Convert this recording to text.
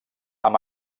amb